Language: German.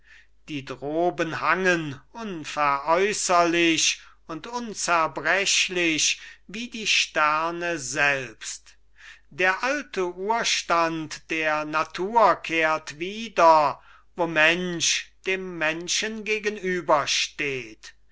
die droben hangen unveräusserlich und unzerbrechlich wie die sterne selbst der alte urstand der natur kehrt wieder wo mensch dem menschen